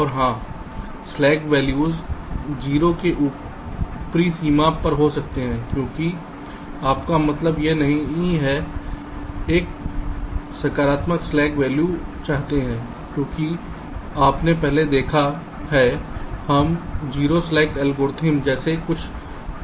और हां slack value 0 से ऊपरी सीमा पर हो सकते हैं क्योंकि आपका मतलब यह नहीं है एक सकारात्मक स्लैक वैल्यू चाहते हैं क्योंकि आपने पहले देखा है हम 0 स्लैक एल्गोरिथ्म जैसे कुछ का उपयोग करते हैं